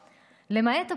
התרופות, למעט התרופות,